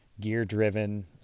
Gear-driven